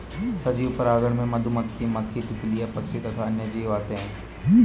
सजीव परागणक में मधुमक्खी, मक्खी, तितलियां, पक्षी तथा अन्य जीव आते हैं